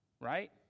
right